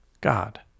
God